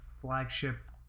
flagship